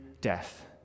death